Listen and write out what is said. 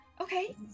Okay